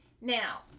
Now